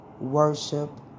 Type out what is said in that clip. worship